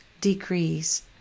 decrease